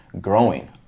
growing